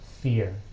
fear